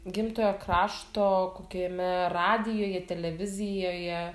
gimtojo krašto kokiame radijuje televizijoje